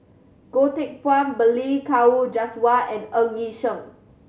Goh Teck Phuan Balli Kaur Jaswal and Ng Yi Sheng